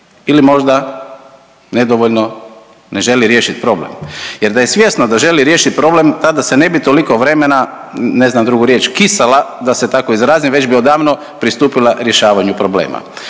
Ili možda nedovoljno ne želi riješit problem. Jer da je svjesna da želi riješiti problem tada se ne bi toliko vremena, ne znam drugu riječ „kisala“ da se tako izrazim, već bi odavno pristupila rješavanju problema.